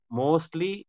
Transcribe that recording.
mostly